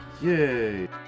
Yay